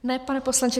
Ne, pane poslanče.